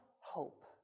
hope